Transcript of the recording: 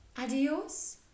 Adios